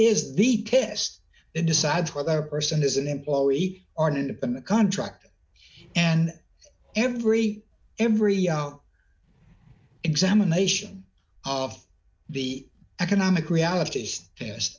is the test that decides whether person is an employee aren't independent contractor and every embryo examination of the economic realities tes